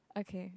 okay